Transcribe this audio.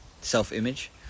self-image